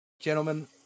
gentlemen